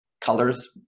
colors